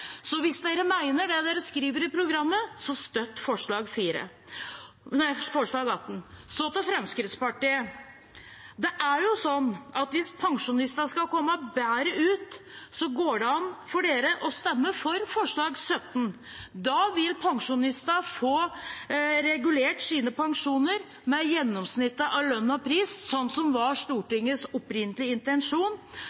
Så hvis dere mener det dere skriver i programmet, så støtt forslag nr. 18. Så til Fremskrittspartiet: Hvis pensjonistene skal komme bedre ut, går det an for dere å stemme for forslag nr. 17. Da vil pensjonistene få regulert sine pensjoner med gjennomsnittet av lønn og pris, sånn som Stortingets opprinnelige intensjon var.